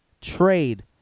trade